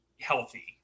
healthy